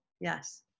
Yes